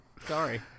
Sorry